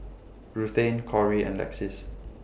Ruthanne Cori and Lexis